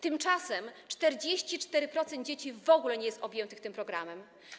Tymczasem 44% dzieci w ogóle nie jest objętych tym programem.